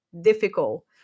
difficult